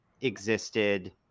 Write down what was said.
existed